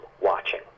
watching